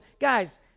Guys